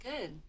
good